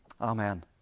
Amen